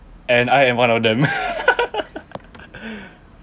and I am one of them